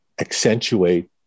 accentuate